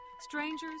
strangers